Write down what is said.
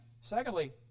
Secondly